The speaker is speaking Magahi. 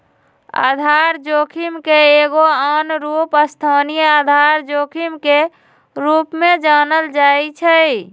आधार जोखिम के एगो आन रूप स्थानीय आधार जोखिम के रूप में जानल जाइ छै